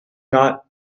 not